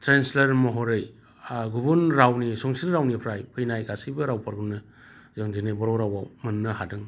translate महरै गुबुन रावनि संस्कृत रावनिफ्राय फैनाय गासैबो रावफोरखौनो जों दिनै बर' रावआव मोननो हादों